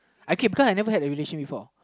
I K cause I've never had a relation before